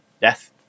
death